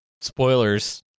spoilers